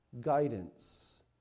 guidance